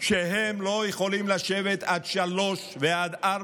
שהם לא יכולים לשבת עד שלוש ועד ארבע,